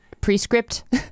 Prescript